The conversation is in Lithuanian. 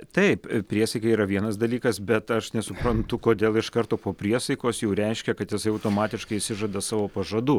taip priesaika yra vienas dalykas bet aš nesuprantu kodėl iš karto po priesaikos jau reiškia kad jisai automatiškai išsižada savo pažadų